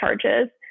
charges